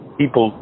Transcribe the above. people